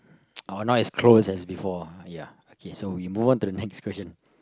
oh not as close as before ya K so we move on to the next question